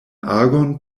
agon